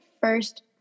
first